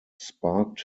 sparked